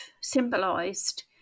symbolised